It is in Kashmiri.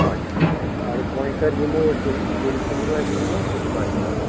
اچھا وَنۍ چھُ عرٕض وَنۍ کَر یِمو أس ییٚمہِ ژٕندٕروارِ یِموٕ حٕٲز بَچہٕ ہٮ۪تھ